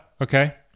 okay